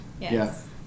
Yes